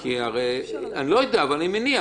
אני לא יודע, אבל אני מניח.